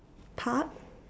park